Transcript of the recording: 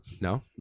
no